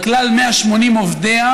על כלל 180 עובדיה